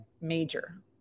major